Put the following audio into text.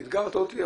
אתגרת אותי,